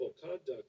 conduct